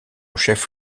chef